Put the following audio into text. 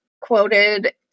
quoted